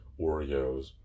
Oreos